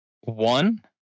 one